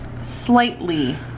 slightly